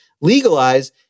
legalize